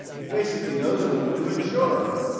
he basically knows what i am doing, sure!